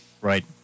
Right